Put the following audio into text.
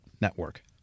network